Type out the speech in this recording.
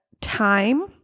time